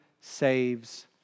saves